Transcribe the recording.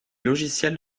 logiciels